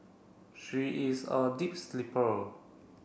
she is a deep sleeper